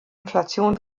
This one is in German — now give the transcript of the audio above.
inflation